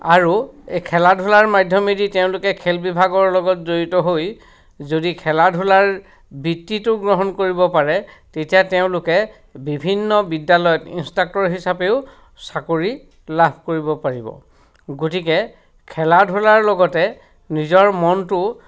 আৰু এই খেলা ধূলাৰ মাধ্যমেদি তেওঁলোকে খেল বিভাগৰ লগত জড়িত হৈ যদি খেলা ধূলাৰ বৃত্তিটো গ্ৰহণ কৰিব পাৰে তেতিয়া তেওঁলোকে বিভিন্ন বিদ্যালয়ত ইনষ্ট্ৰাক্টৰ হিচাপেও চাকৰি লাভ কৰিব পাৰিব গতিকে খেলা ধূলাৰ লগতে নিজৰ মনটো